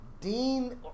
Dean